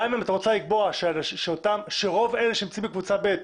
למה אם את רוצה לקבוע שרוב אלה שנמצאים בקבוצה ב'